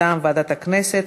מטעם ועדת הכנסת,